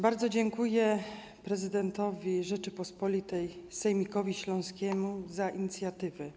Bardzo dziękuję prezydentowi Rzeczypospolitej, sejmikowi śląskiemu za inicjatywę.